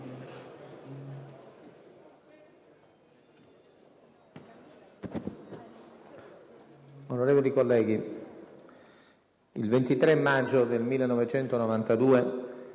Onorevoli colleghi, il 23 maggio 1992,